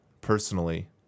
personally